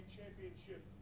Championship